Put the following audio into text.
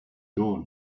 dawn